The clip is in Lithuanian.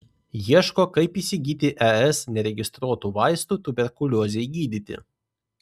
ieško kaip įsigyti es neregistruotų vaistų tuberkuliozei gydyti